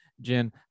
Jen